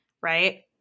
right